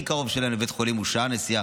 הכי קרוב שלהם לבית חולים הוא שעה נסיעה,